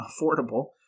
affordable